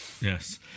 yes